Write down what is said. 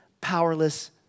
powerless